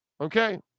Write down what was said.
Okay